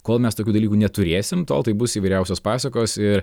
kol mes tokių dalykų neturėsim tol tai bus įvairiausios pasakos ir